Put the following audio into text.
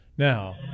Now